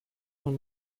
von